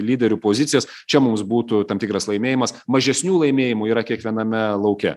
lyderių pozicijas čia mums būtų tam tikras laimėjimas mažesnių laimėjimų yra kiekviename lauke